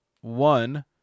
one